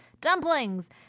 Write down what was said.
Dumplings